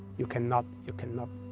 you cannot you cannot